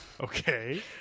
Okay